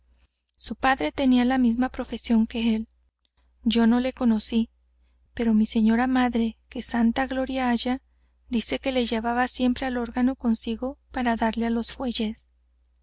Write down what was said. su padre tenía la misma profesión que él yo no le conocí pero mi señora madre que santa gloria haya dice que le llevaba siempre al órgano consigo para darle á los fuelles